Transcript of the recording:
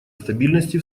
стабильности